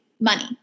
money